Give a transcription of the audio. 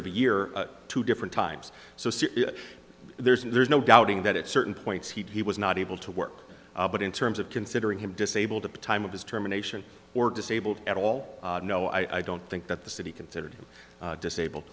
of a year two different times so there's no there's no doubting that at certain points he was not able to work but in terms of considering him disabled to time of his terminations or disabled at all no i don't think that the city considered disabled